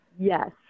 Yes